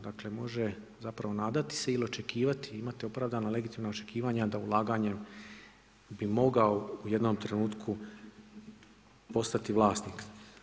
Dakle, može zapravo nadati se ili očekivati, imati opravdana legitimna očekivanja da ulaganjem bi mogao u jednom trenutku postati vlasnik.